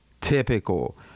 typical